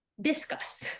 discuss